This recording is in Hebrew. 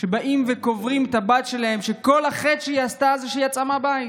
שבאים וקוברים את הבת שלהם שכל החטא שהיא עשתה זה שהיא יצאה מהבית.